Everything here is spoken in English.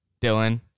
Dylan